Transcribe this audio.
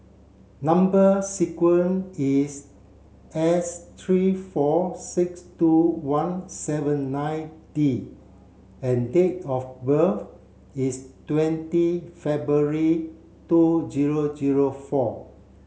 number sequence is S three four six two one seven nine D and date of birth is twenty February two zero zero four